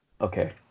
Okay